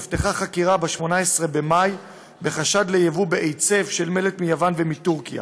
נפתחה חקירה ב-18 במאי בחשד לייבוא בהיצף של מלט מיוון ומטורקיה.